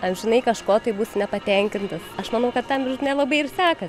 amžinai kažko taip būsi nepatenkintas aš manau kad tam ir nelabai ir seka